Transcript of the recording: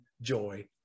joy